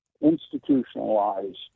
institutionalized